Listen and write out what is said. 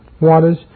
waters